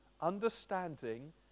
understanding